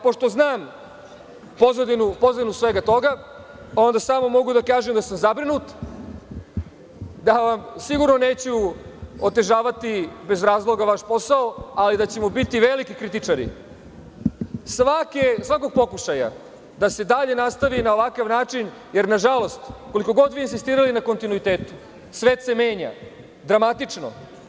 Pošto znam pozadinu svega toga, onda samo mogu da kažem da sam zabrinut, da vam sigurno neću otežavati bez razloga vaš posao, ali da ćemo biti veliki kritičari svakog pokušaja da se dalje nastavi na ovakav način, jer nažalost koliko god vi insistirali na kontinuitetu svet se menja dramatično.